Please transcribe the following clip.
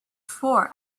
four